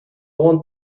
want